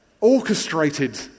orchestrated